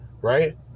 right